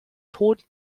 tod